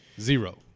Zero